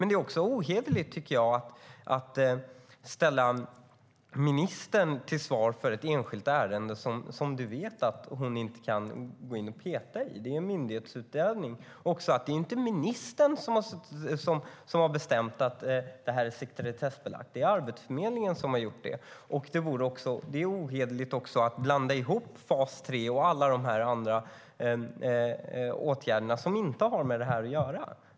Det är ohederligt att ställa ministern till svars i ett enskilt ärende som Ali Esbati vet att hon inte kan gå in i. Det handlar om myndighetsutövning. Det är inte ministern som har bestämt att det ska vara sekretessbelagt. Det är Arbetsförmedlingen som har gjort det. Det är ohederligt också att blanda ihop fas 3 och andra åtgärder som inte har med det här att göra.